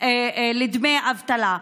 לדמי אבטלה.